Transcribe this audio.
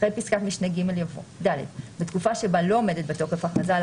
אחרי פסקת משנה (ג) יבוא: (ד) בתקופה שבה לא עומדת בתוקף הכרזה על